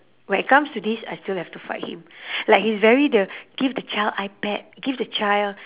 when it comes to this I still have to fight him like he's very the give the child ipad give the child